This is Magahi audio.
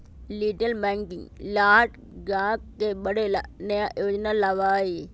रिटेल बैंकिंग ग्राहक के बढ़े ला नया योजना लावा हई